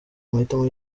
amahitamo